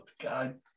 god